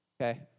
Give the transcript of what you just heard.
okay